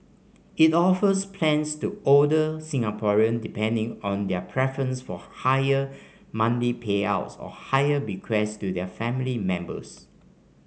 it offers plans to older Singaporean depending on their preference for higher monthly payouts or higher bequest to their family members